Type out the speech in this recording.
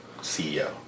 CEO